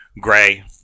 Gray